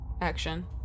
action